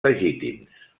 legítims